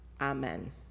Amen